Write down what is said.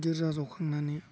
गिर्जा जखांनानै